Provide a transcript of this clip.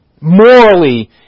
Morally